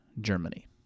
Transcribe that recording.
Germany